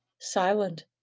silent